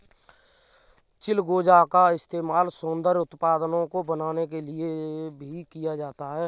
चिलगोजा का इस्तेमाल सौन्दर्य उत्पादों को बनाने के लिए भी किया जाता है